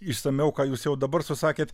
išsamiau ką jus jau dabar susakėt